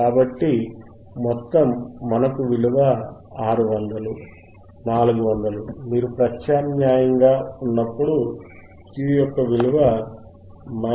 కాబట్టి మొత్తం మనకు విలువ 600 400 మీరు ప్రత్యామ్నాయం చేసినప్పుడు Q యొక్క విలువ 3